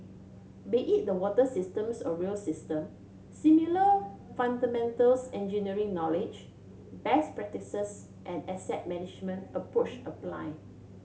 be it the water systems or rail system similar engineering knowledge best practices and asset management approach apply